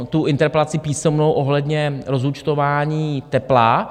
Mám interpelaci písemnou ohledně rozúčtování tepla.